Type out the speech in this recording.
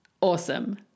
awesome